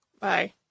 Bye